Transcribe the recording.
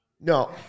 No